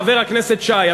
חבר הכנסת שי.